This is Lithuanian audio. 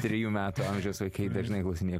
trejų metų amžiaus vaikai dažnai klausinėja